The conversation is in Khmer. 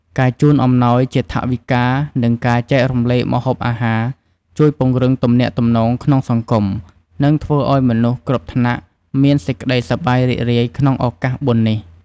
ការជូនអំណោយជាថវិកា និងការចែករំលែកម្ហូបអាហារជួយពង្រឹងទំនាក់ទំនងក្នុងសង្គម និង ធ្វើឱ្យមនុស្សគ្រប់ថ្នាក់ មានសេចក្ដីសប្បាយរីករាយក្នុងឱកាសបុណ្យនេះ។